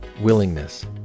Willingness